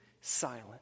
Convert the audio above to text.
silent